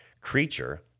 Creature